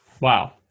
Wow